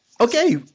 okay